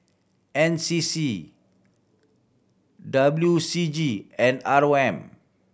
N C C W C G and R O M